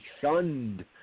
shunned